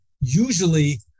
usually